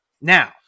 Now